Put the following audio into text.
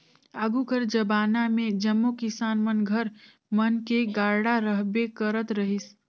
आघु कर जबाना मे जम्मो किसान कर घर मन मे गाड़ा रहबे करत रहिस